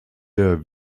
der